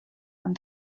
and